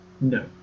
No